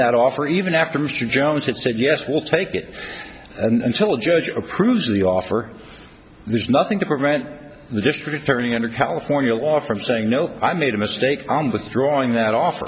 that offer even after mr jones that said yes we'll take it and still judge approves the offer there's nothing to prevent the district attorney under california law from saying no i made a mistake i'm withdrawing that offer